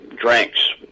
drinks